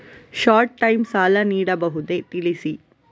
Short time ಸಾಲ ನೀಡಬಹುದೇ ತಿಳಿಸಿ?